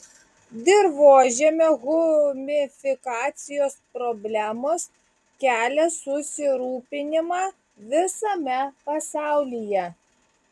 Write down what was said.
dirvožemio humifikacijos problemos kelia susirūpinimą visame pasaulyje